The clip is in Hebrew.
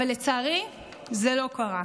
אבל לצערי זה לא קרה.